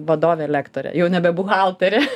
vadovė lektorė jau nebe buhalterė